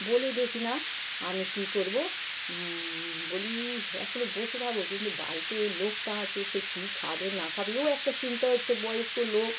বলি দেখি না আমি কী করবো বলি এখনও বসে থাকবো কিন্তু বাড়িতে লোকটা আছে সে কী খাবে না খাবে এও একটা চিন্তা হচ্ছে বয়স্ক লোক